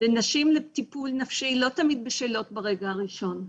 ונשים לטיפול נפשי לא תמיד בשלות בשלב הראשון,